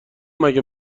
مگه